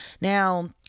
Now